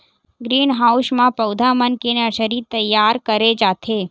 green house म पउधा मन के नरसरी तइयार करे जाथे